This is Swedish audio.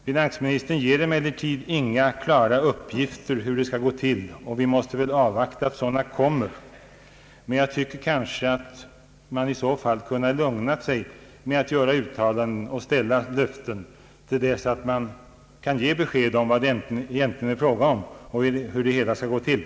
Finansministern ger emellertid inga klara uppgifter om hur en sådan skattesänkning skall gå till. Vi får väl utgå från ati sådana uppgifter kommer att ges i framtiden, men i så fall tycker jag att finansministern kunnat lugna sig med att göra uttalanden och att ställa löften till dess att besked kan ges om vad det egentligen gäller och om hur det hela skall gå till.